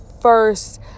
first